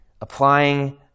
applying